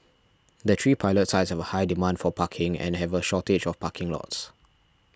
the three pilot sites have a high demand for parking and have a shortage of parking lots